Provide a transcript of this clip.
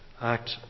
act